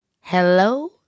Hello